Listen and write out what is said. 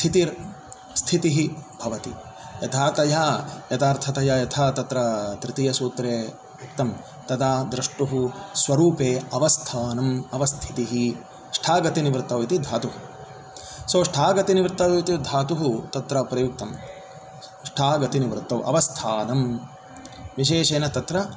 स्थितिर् स्थितिः भवति यथा तया यथार्थतया यथा तत्र तृतीयसूत्रे उक्तं तदा द्रष्टुः स्वरूपे अवस्थानं अवस्थितिः ष्ठा गतिनिवृतौ भवति धातुः सो ष्ठा गतिनिवृतौ भवति धातुः तत्र प्रयुक्तं ष्ठा गतिनिवृत्तौ अवस्थानं विशेषेण तत्र